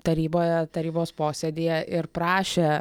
taryboje tarybos posėdyje ir prašė